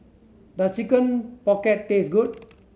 does Chicken Pocket taste good